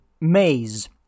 Maze